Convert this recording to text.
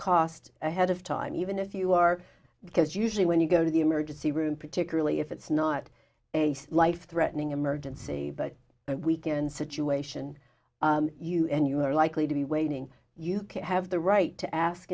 cost ahead of time even if you are because usually when you go to the emergency room particularly if it's not a life threatening emergency but weekend situation you and you are likely to be waiting you have the right to ask